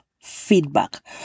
feedback